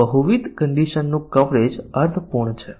તેથી શાખા અને નિવેદન કવરેજ માં કોણ મજબૂત છે